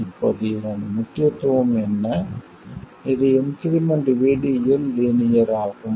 இப்போது இதன் முக்கியத்துவம் என்ன இது இன்கிரிமென்ட் VD இல் லீனியர் ஆகும்